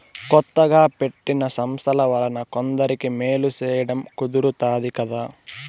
కొత్తగా పెట్టిన సంస్థల వలన కొందరికి మేలు సేయడం కుదురుతాది కదా